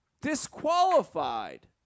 Disqualified